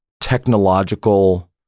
technological